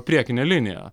priekinė linija